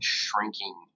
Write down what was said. shrinking